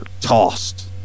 tossed